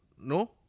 No